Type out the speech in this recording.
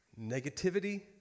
negativity